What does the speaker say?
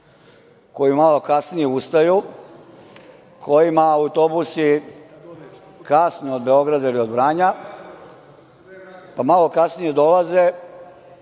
koji malo kasnije ustaju, kojima autobusi kasne od Beograda ili od Vranja, pa malo kasnije dolaze,